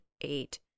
eight